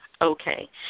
Okay